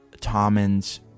Tommen's